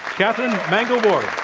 katherine mangu-ward.